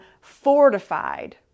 fortified